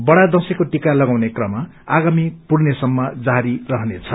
बड़ा दशैंको टिका लगाउने क्रम आगामी पूर्णे सम्म जारी रहने छ